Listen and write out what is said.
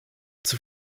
zur